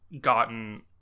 gotten